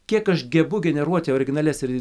kiek aš gebu generuoti originalias ir